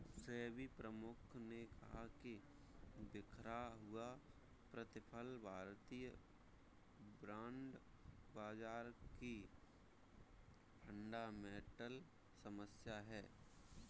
सेबी प्रमुख ने कहा कि बिखरा हुआ प्रतिफल भारतीय बॉन्ड बाजार की फंडामेंटल समस्या है